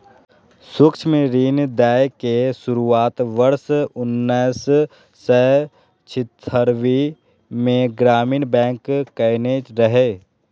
सूक्ष्म ऋण दै के शुरुआत वर्ष उन्नैस सय छिहत्तरि मे ग्रामीण बैंक कयने रहै